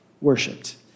worshipped